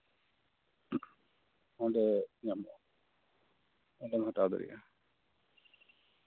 ᱚᱸᱰᱮ ᱧᱟᱢᱚᱜᱼᱟ ᱚᱸᱰᱮᱢ ᱦᱟᱛᱟᱣ ᱫᱟᱲᱮᱭᱟᱜᱼᱟ